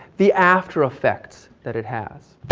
the after effects that it has.